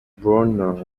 bruner